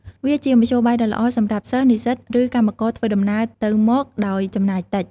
វាជាមធ្យោបាយដ៏ល្អសម្រាប់សិស្ស និស្សិតឬកម្មករធ្វើដំណើរទៅមកដោយចំណាយតិច។